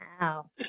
Wow